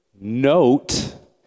note